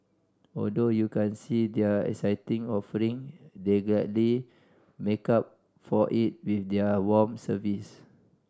although you can't see their exciting offering they gladly make up for it with their warm service